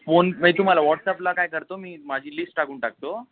phone मग तुम्हाला व्हॉट्सअपला काय करतो मी माझी लिस्ट टाकून टाकतो